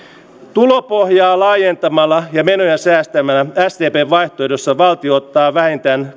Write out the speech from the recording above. tulopohjaa laajentamalla ja menoja säästämällä sdpn vaihtoehdossa valtio ottaa vähintään